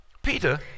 Peter